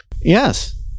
Yes